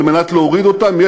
על מנת להוריד אותם,